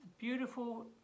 beautiful